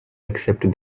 accept